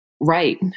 Right